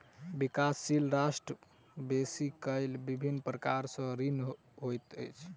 विकासशील राष्ट्र बेसी काल विभिन्न प्रकार सँ ऋणी होइत अछि